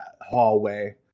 hallway